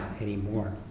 anymore